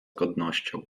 godnością